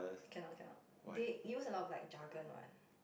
cannot cannot they use a lot like jargon what